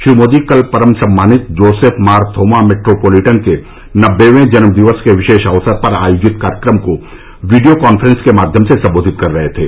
श्री मोदी कल परम सम्मानित जोसेफ मार थोमा मेट्रोपोलिटन के नब्बेवे जन्मदिवस के विशेष अवसर पर आर्योजित कार्यक्रम को वीडियो कॉन्फ्रेंस के माध्यम से संबोधित कर रहे थे